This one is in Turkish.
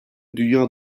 dünya